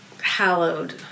hallowed